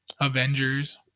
Avengers